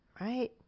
Right